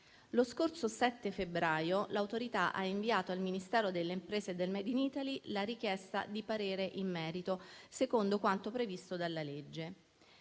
Lo scorso 7 febbraio l'Autorità ha inviato al Ministero delle imprese e del *made in Italy* la richiesta di parere in merito, secondo quanto previsto dalla legge.